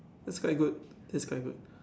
that's quite good that's quite good